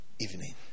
evening